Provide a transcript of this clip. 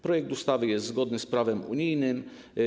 Projekt ustawy jest zgodny z prawem unijnym.